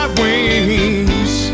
wings